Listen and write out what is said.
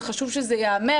זה חשוב שזה ייאמר